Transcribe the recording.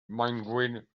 maengwyn